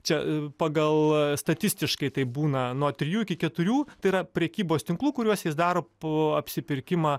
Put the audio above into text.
čia pagal statistiškai tai būna nuo trijų iki keturių tai yra prekybos tinklų kuriuose jis daro po apsipirkimą